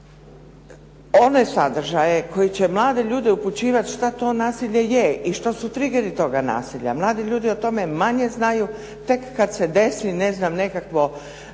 one sadržaje koji će mlade ljude upućivati šta to nasilje je i što su trigeri toga nasilja. Mladi ljudi o tome manje znaju. Tek kad se desi nekakvo